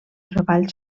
treball